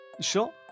Sure